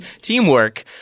teamwork